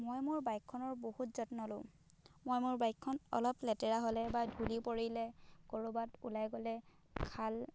মই মোৰ বাইকখনৰ বহুত যত্ন লওঁ মই মোৰ বাইকখন অলপ লেতেৰা হ'লে বা ধূলি পৰিলে ক'ৰবাত ওলাই গ'লে খাল